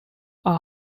are